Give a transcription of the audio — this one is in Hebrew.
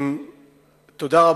אדוני היושב-ראש, כנסת נכבדה, תודה רבה.